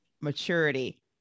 maturity